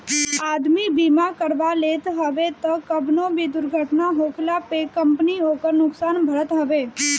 आदमी बीमा करवा लेत हवे तअ कवनो भी दुर्घटना होखला पे कंपनी ओकर नुकसान भरत हवे